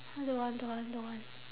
!huh! don't want don't want don't want